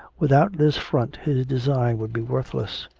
without this front his design would be worthless.